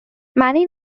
many